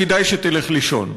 כדאי שתלך לישון.